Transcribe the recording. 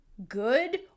good